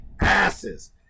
asses